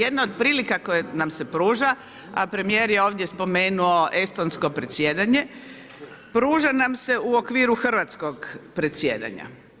Jedna od prilika koje nam se pruža, a premijer je ovdje spomenuo Estonsko predsjedanje, pruža nam se u okviru Hrvatskog predsjedanja.